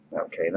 Okay